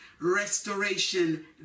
restoration